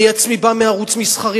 אני עצמי בא מערוץ מסחרי,